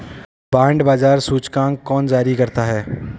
Bond बाजार सूचकांक कौन जारी करता है?